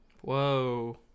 Whoa